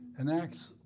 enacts